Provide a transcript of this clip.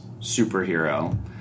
superhero